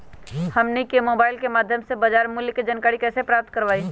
हमनी के मोबाइल के माध्यम से बाजार मूल्य के जानकारी कैसे प्राप्त करवाई?